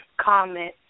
comment